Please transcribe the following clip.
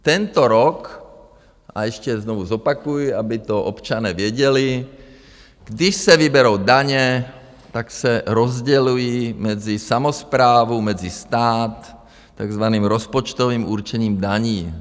Tento rok a ještě znovu zopakuji, aby to občané věděli, když se vyberou daně, pak se rozdělují mezi samosprávu, mezi stát takzvaným rozpočtovým určením daní.